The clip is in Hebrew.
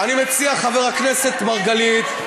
חבר הכנסת מרגלית,